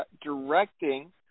directing